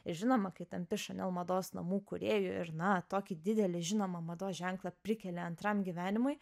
žinoma kai tampi chanel mados namų kūrėju ir na tokį didelį žinoma mados ženklą prikelia antram gyvenimui